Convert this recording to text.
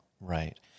Right